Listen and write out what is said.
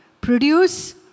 Produce